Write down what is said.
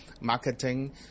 Marketing